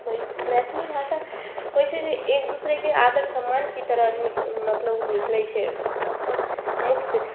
होइ मैथिली भाषा होइ छै जे एक दोसराके आदर सम्मानके तरह निक मतलब ओ निकलै छै अपन मुखसे